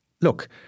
look